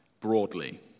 broadly